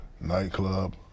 nightclub